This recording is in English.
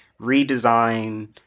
redesign